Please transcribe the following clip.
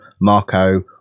Marco